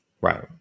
Right